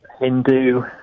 Hindu